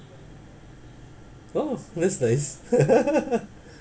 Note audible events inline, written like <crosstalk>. oh that's nice <laughs> <breath>